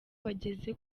bageze